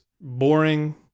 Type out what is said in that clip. boring